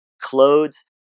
clothes